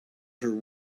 her